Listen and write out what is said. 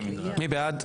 מי בעד?